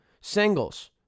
Singles